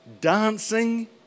dancing